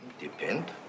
Depend